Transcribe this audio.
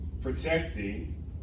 protecting